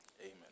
Amen